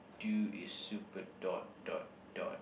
do is super dot dot dot